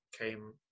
came